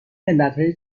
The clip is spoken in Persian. ملتهای